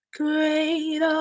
great